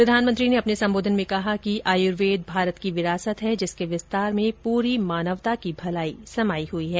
प्रधानमंत्री ने अपने संबोधन में कहा कि आयुर्वेद भारत की विरासत है जिसके विस्तार में पूरी मानवता की भलाई समाई हुई है